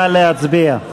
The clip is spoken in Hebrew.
נא להצביע.